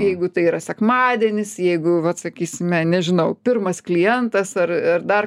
jeigu tai yra sekmadienis jeigu vat sakysime nežinau pirmas klientas ar ir dar